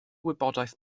wybodaeth